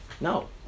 no